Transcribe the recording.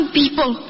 people